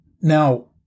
Now